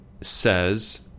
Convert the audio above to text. says